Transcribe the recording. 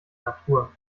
natur